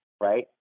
right